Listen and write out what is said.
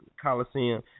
Coliseum